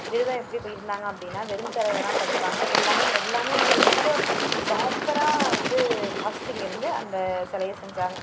விரதம் எப்படி எப்படி இருந்தாங்க அப்படின்னா வெறுந்தரையில் தான் படுப்பாங்க எல்லாமே எல்லாமே வந்து ரொம்ப ப்ராப்பராக வந்து ஃபாஸ்டிங் இருந்து அந்த சிலைய செஞ்சாங்க